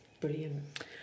Brilliant